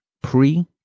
pre